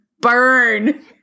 burn